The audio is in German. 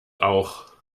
auch